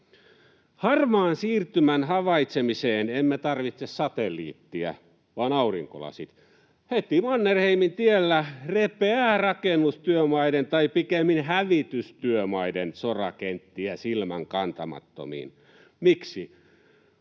Harmaan siirtymän havaitsemiseen emme tarvitse satelliittia vaan aurinkolasit. Heti Mannerheimintiellä repeää rakennustyömaiden tai pikemmin hävitystyömaiden sorakenttiä silmänkantamattomiin. Miksi?